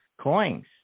coins